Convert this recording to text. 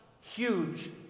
huge